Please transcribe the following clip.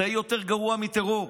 זה יותר גרוע מטרור.